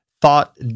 thought